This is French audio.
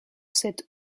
cet